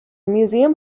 museum